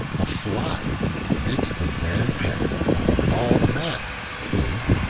a fly bit the bare head of a bald man who,